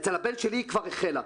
אצל הבן שלי היא כבר החלה.